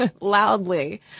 loudly